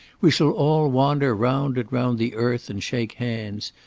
we shall all wander round and round the earth and shake hands.